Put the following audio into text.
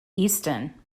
easton